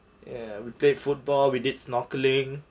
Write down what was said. ya we played football we did snorkeling